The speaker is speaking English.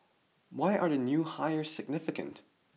why are the new hires significant